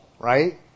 Right